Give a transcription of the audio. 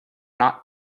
not